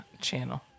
channel